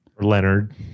Leonard